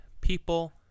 people